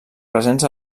presents